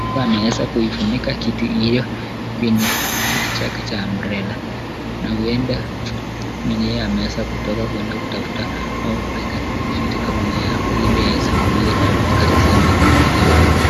huku ameweza kuifunuka kitu hiyo kwenye kiti chake cha (cs) umbrella (cs) na huenda mwenyewe ameweza kutoka kwenda kutafuta au kuweka vitu kama mayai hapo ili aweze kuuza wakati za majioni jioni.